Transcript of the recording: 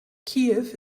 kiew